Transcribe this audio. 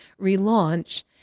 relaunch